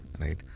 right